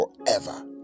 forever